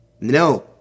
No